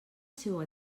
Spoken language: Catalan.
seua